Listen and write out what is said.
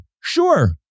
Sure